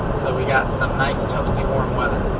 so we've got some nice toasty warm weather.